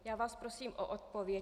Já vás prosím o odpověď.